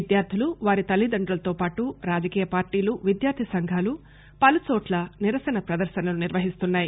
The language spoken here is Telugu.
విద్యార్థులు వారి తల్లిదండ్రులతోపాటు రాజకీయ పార్టీలు విద్యార్ది సంఘాలు పలుచోట్ల నిరసన ప్రదర్శనలు నిర్వహిస్తున్నాయి